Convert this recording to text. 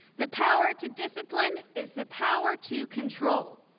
the power to discipline is the power to control.